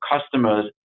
customers